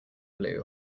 blue